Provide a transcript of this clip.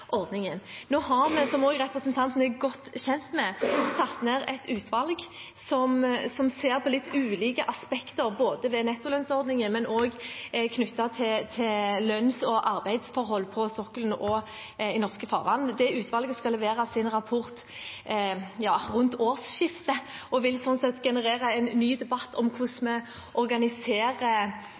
litt ulike aspekter ved nettolønnsordningen, også knyttet til lønns- og arbeidsforhold på sokkelen og i norske farvann. Det utvalget skal levere sin rapport rundt årsskiftet, og det vil slik sett generere en ny debatt om hvordan vi organiserer